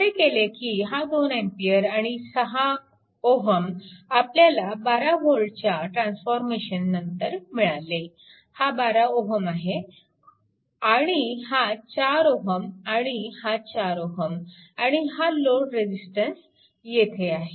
असे केले की हा 2A आणि हा 6 Ω आपल्याला 12V च्या ट्रान्सफॉर्मेशननंतर मिळाले हा 12 Ω येथे आहे आणि हा 4Ω आणि हा 4Ω आणि हा लोड रेजिस्टन्स येथे आहे